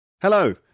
Hello